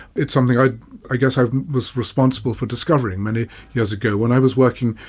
it's something i i guess i was responsible for discovering many years ago when i was working,